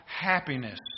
happiness